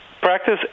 practice